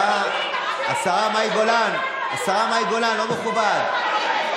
השרה מאי גולן, זה לא מכובד.